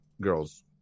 Girls